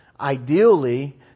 Ideally